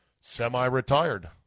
semi-retired